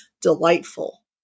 delightful